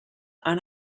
han